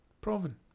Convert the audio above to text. Proven